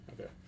Okay